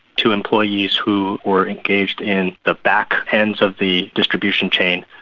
to employees who were engaged in the back ends of the distribution chain.